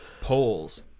polls